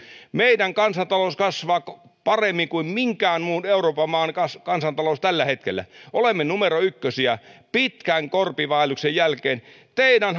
meidän kansantalous kasvaa paremmin kuin minkään muun euroopan maan kansantalous tällä hetkellä olemme numero ykkösiä pitkän korpivaelluksen jälkeen teidän